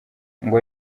ngo